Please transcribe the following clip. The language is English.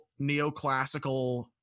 neoclassical